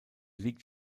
liegt